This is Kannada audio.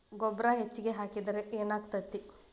ಗೊಬ್ಬರ ಹೆಚ್ಚಿಗೆ ಹಾಕಿದರೆ ಏನಾಗ್ತದ?